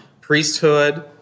priesthood